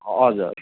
हजुर